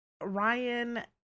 Ryan